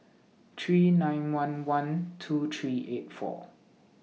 three nine one one two three eight four